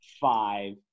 five